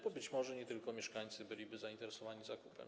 Bo być może nie tylko mieszkańcy byliby zainteresowani zakupem.